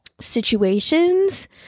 situations